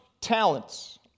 talents